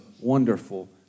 wonderful